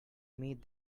meet